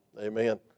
amen